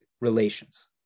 relations